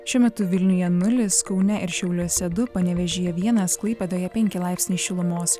šiuo metu vilniuje nulis kaune ir šiauliuose du panevėžyje vienas klaipėdoje penki laipsniai šilumos